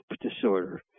disorder